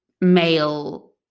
male